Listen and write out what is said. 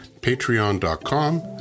patreon.com